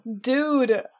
Dude